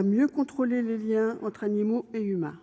à mieux contrôler les liens entre animaux et humains.